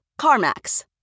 CarMax